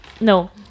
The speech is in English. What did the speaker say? no